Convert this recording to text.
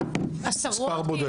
עשרות?